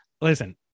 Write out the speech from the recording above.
listen